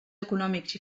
econòmics